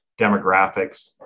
demographics